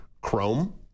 Chrome